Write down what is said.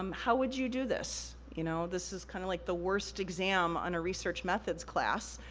um how would you do this? you know this is kinda like the worst exam on a research methods class.